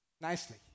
nicely